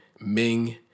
Ming